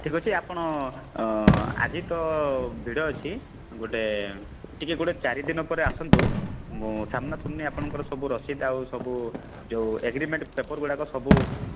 ଠିକ୍ ଅଛି ଆପଣ ଆଜି ତ ଭିଡ଼ ଅଛି ଗୋଟେ ଟିକେ ଗୋଟେ ଚାରି ଦିନ ପରେ ଆସନ୍ତୁ ମୁଁ ସାମ୍ନା ସାମ୍ନୀ ଆପଣଙ୍କର ସବୁ ରସିଦ୍ ଆଉ ସବୁ ଯେଉଁ ଏଗ୍ରିମେଣ୍ଟ୍ ପେପର୍ ଗୁଡ଼ାକ ସବୁ